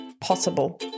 possible